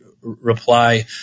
reply